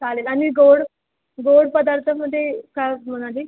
चालेल आणि गोड गोड पदार्थामध्ये काय म्हणाली